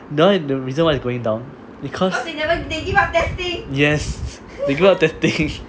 you know the reason why it's going down because yes they give up testing